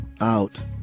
out